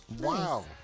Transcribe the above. Wow